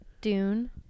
dune